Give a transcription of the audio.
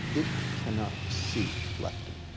it cannot see leptin.